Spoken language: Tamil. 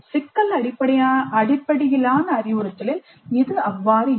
சிக்கல் அடிப்படையிலான அறிவுறுத்தலில் இது அவ்வாறு இல்லை